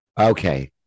Okay